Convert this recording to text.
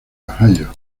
ohio